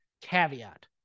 caveat